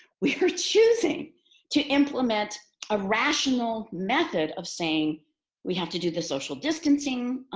we are choosing to implement a rational method of saying we have to do the social distancing.